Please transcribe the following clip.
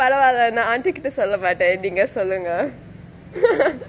பரவால்லே நா:paravaale naa auntie கிட்டே சொல்ல மாட்டே நீங்கே சொல்லுங்கே:kitte solla matte neengae sollungae